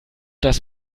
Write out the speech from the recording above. das